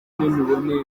n’imbonezamirire